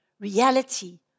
reality